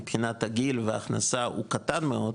מבחינת הגיל וההכנסה הוא קטן מאוד,